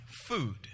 food